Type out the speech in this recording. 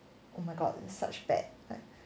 oh my god such bad like